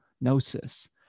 gnosis